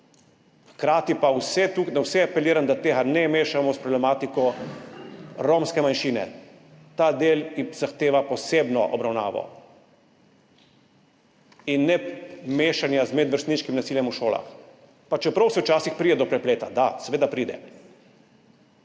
Hkrati pa na vse apeliram, da tega ne mešamo s problematiko romske manjšine. Ta del zahteva posebno obravnavo in ne mešanja z medvrstniškim nasiljem v šolah. Pa čeprav včasih pride do prepleta, da, seveda pride.